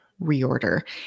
reorder